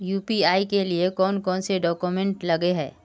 UPI के लिए कौन कौन से डॉक्यूमेंट लगे है?